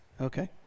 okay